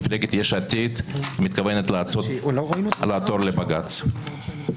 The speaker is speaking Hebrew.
מפלגת יש עתיד מתכוונת לעתור לבג"ץ.